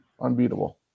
unbeatable